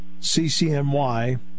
CCNY